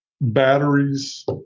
batteries